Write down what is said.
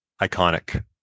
Iconic